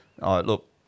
Look